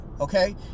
okay